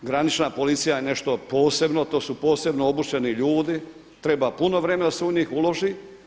Granična policija je nešto posebno, to su posebno obučeni ljudi, treba puno vremena da se u njih uloži.